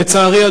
לצערי,